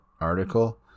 article